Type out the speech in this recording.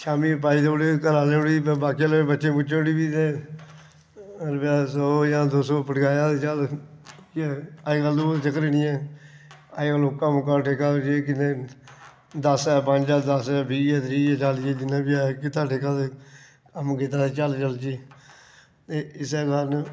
शामी पाई देई उड़ी घरा आह्ले बाकी बच्चें बुच्चें योगी बी ते रपेआ सौ जां दौ सौ फड़गाया तेकल ते ओह् चक्की गै नी ऐ अजकल उक्का मुक्का ठेका जी किन्ने दस्स ऐ पंज ऐ दस्स बी ऐ त्री ऐ चाली ऐ कीता ठेका ते कम्म कीता ते चल चलचे ते इस्सै कारण